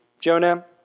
Jonah